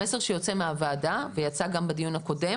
המסר שיוצא מהוועדה ויצא גם בדיון הקודם